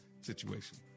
situation